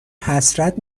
حسرت